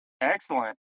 Excellent